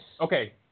okay